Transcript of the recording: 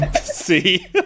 see